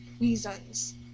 reasons